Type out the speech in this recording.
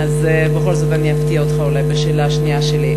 אז בכל זאת אני אפתיע אותך אולי בשאלה השנייה שלי.